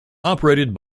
operated